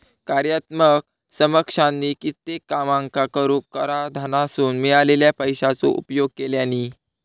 कार्यात्मक समकक्षानी कित्येक कामांका करूक कराधानासून मिळालेल्या पैशाचो उपयोग केल्यानी